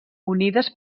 unides